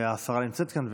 והשרה נמצאת כאן,